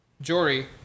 Jory